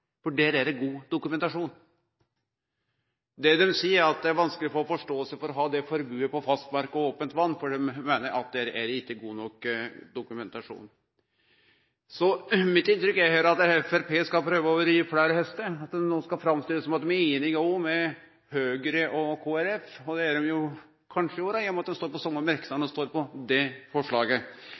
er det god dokumentasjon. Det dei seier, er at det er vanskeleg å få forståing for å ha dette forbodet på fastmark og over ope vatn – dei meiner at her er det ikkje god nok dokumentasjon. Mitt inntrykk her er at Framstegspartiet skal prøve å ri fleire hestar, at dei no skal framstille det som at dei òg er einige med Høgre og Kristeleg Folkeparti. Det er dei kanskje òg, i og med at dei har dei same merknadene og er saman om eit forslag. Men det